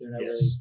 yes